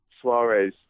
Suarez